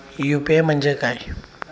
UPI म्हणजे काय?